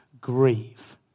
grieve